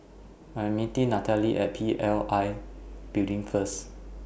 I'm meeting Nathaly At P L I Building First